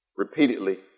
repeatedly